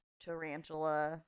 tarantula